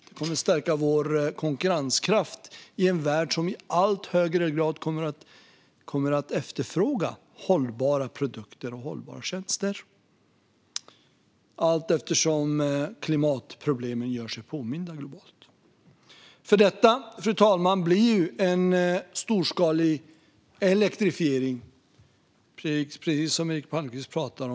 Det kommer att stärka vår konkurrenskraft i en värld som i allt högre grad och allteftersom klimatproblemen gör sig påminda globalt kommer att efterfråga hållbara produkter och tjänster. För detta, fru talman, blir en storskalig elektrifiering nödvändig, precis som Eric Palmqvist säger.